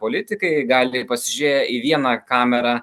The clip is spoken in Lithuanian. politikai gali pasižiūrėję į vieną kamerą